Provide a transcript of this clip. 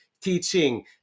teaching